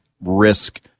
risk